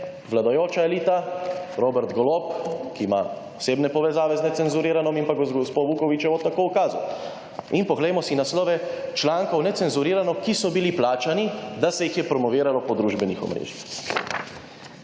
vladajoča elita, Robert Golob, ki ima osebne povezave z Necenzurirano in pa gospo Vukovičevo, tako ukazal. In poglejmo si naslove člankov Necenzurirano, ki so bili plačani, da se jih je promoviralo po družbenih omrežjih.